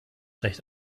recht